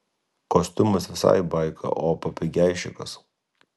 kostiumas visai baika o papigeišikas